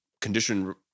condition